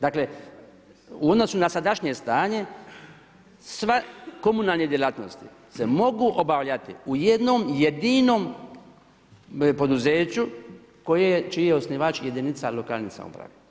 Dakle, u odnosu na sadašnje stanje, sva komunalna djelatnosti, se mogu obavljati u jednom jedinom poduzeću, čiji je osnivač jedinica lokalna samouprave.